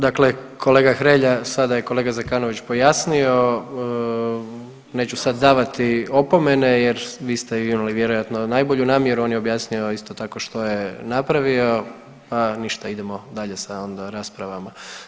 Dakle kolega Hrelja, sada je kolega Zekanović pojasnio, neću sad davati opomene jer vi ste imali vjerojatno najbolju namjeru, on je objasnio isto tako što je napravio, ništa idemo dalje sa onda raspravama.